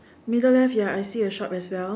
middle left ya I see a shop as well